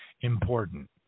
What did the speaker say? important